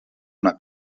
una